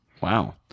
Wow